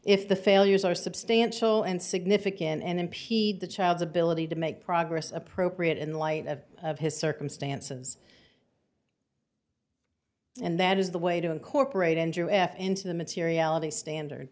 if the failures are substantial and significant and impede the child's ability to make progress appropriate in light of his circumstances and that is the way to incorporate n g o s into the materiality standard